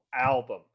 album